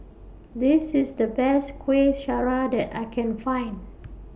This IS The Best Kueh Syara that I Can Find